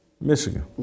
Michigan